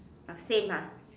same ah